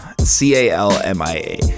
C-A-L-M-I-A